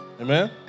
Amen